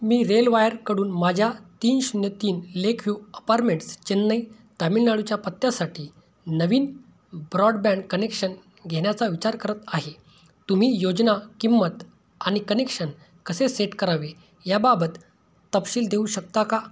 मी रेलवायरकडून माझ्या तीन शून्य तीन लेक व्ह्यू अपारमेंट्स चेन्नई तामिळनाडूच्या पत्त्यासाठी नवीन ब्रॉडबँड कनेक्शन घेण्याचा विचार करत आहे तुम्ही योजना किंमत आणि कनेक्शन कसे सेट करावे याबाबत तपशील देऊ शकता का